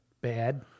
Bad